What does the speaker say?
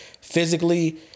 physically